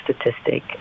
statistic